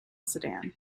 sedan